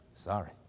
Sorry